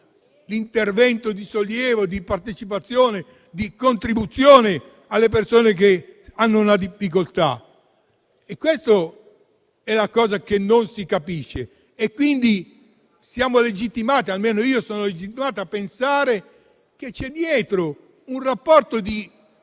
l'intervento di sollievo, di partecipazione, di contribuzione per le persone che hanno una difficoltà. Questa è la cosa che non si capisce e quindi siamo legittimati, almeno io lo sono, a pensare che ci sia dietro un rapporto